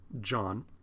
John